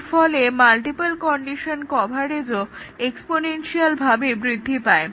এর ফলে multiple condition কভারেজও এক্সপোনেনশিয়ালভাবে বৃদ্ধি পায়